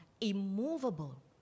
Immovable